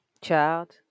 Child